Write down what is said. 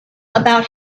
about